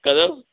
ਕਦੋਂ